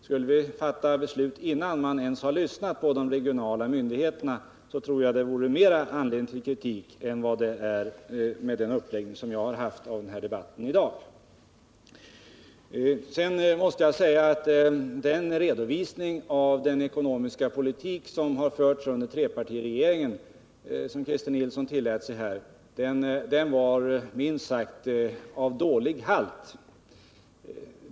Skulle vi fatta beslut innan vi ens har lyssnat på de regionala myndigheterna tror jag det vore mer anledning till kritik än vad det är med den uppläggning av debatten jag har haft här i dag. Jag måste säga att den redovisning av trepartiregeringens ekonomiska politik, som Christer Nilsson tillät sig här, var minst sagt av dålig halt.